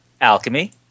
alchemy